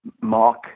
Mark